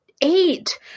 eight